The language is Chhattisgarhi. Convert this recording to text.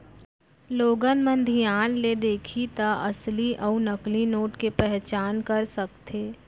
लोगन मन धियान ले देखही त असली अउ नकली नोट के पहचान कर सकथे